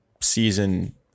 season